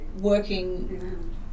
working